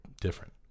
different